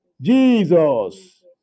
Jesus